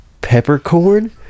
peppercorn